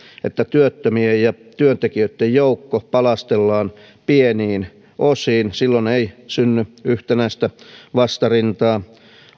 että työttömien ja työntekijöiden joukko palastellaan pieniin osiin silloin ei synny yhtenäistä vastarintaa